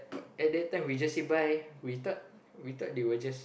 at that time we just say bye we thought we thought they were just